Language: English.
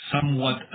somewhat